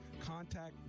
contact